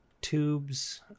tubes